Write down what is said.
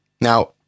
Now